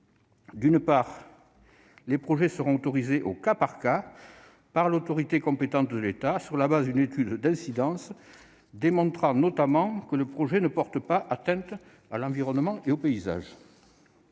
d'une part, les projets seront autorisés au cas par cas par l'autorité compétente de l'État, sur la base d'une étude d'incidence démontrant notamment que le projet ne porte pas atteinte à l'environnement ou aux paysages